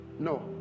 No